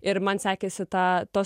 ir man sekėsi tą tos